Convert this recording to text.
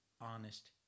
honest